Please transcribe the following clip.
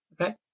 Okay